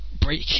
Break